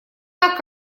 так